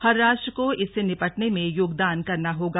हर राष्ट्र को इससे निपटने में योगदान करना होगा